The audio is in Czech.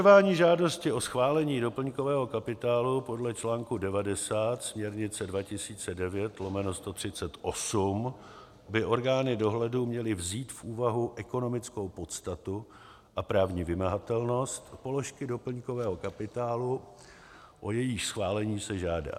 Při zvažování žádosti o schválení doplňkového kapitálu podle článku 90 směrnice 2009/138 by orgány dohledu měly vzít v úvahu ekonomickou podstatu a právní vymahatelnost položky doplňkového kapitálu, o jejíž schválení se žádá.